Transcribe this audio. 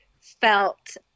felt